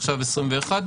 עכשיו שנת 2021,